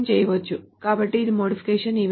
కాబట్టి ఇది modification event